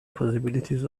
possibilities